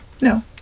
no